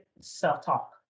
self-talk